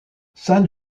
sainte